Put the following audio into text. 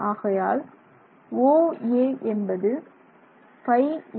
ஆகையால் OA என்பது 5a12a1